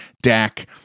Dak